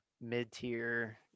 mid-tier